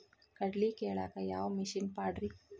ಕಡ್ಲಿ ಕೇಳಾಕ ಯಾವ ಮಿಷನ್ ಪಾಡ್ರಿ?